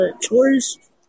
chores